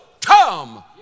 come